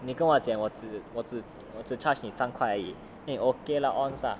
你跟我剪我只我只我只 charged 你三块而已 then he okay lah on lah